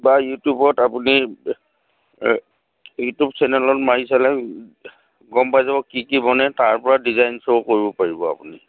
বা ইউটিউবত আপুনি ইউটিউব চেনেলত মাৰি চালে গম পাই যাব কি কি বনে তাৰপৰা ডিজাইন শ্ব' কৰিব পাৰিব আপুনি